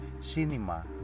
cinema